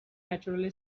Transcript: naturally